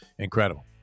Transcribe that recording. Incredible